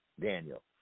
Daniel